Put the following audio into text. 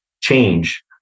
change